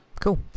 Cool